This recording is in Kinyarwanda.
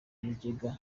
ibigega